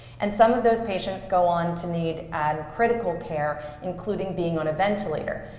and some of those patients go on to need and critical care, including being on a ventilator.